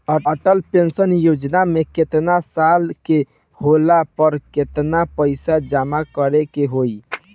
Atal pension Yojana मे केतना साल के होला पर केतना पईसा जमा करे के होई?